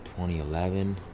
2011